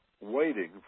waiting